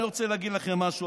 אני רוצה להגיד לכם משהו.